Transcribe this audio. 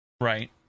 Right